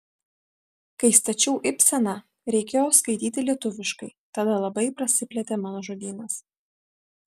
kai stačiau ibseną reikėjo skaityti lietuviškai tada labai prasiplėtė mano žodynas